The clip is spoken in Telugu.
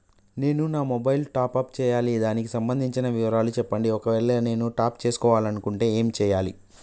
నేను నా మొబైలు టాప్ అప్ చేయాలి దానికి సంబంధించిన వివరాలు చెప్పండి ఒకవేళ నేను టాప్ చేసుకోవాలనుకుంటే ఏం చేయాలి?